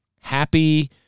happy